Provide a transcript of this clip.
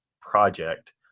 project